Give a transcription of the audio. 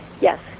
yes